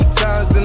times